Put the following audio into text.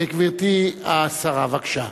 גברתי השרה, בבקשה.